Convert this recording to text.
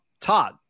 Todd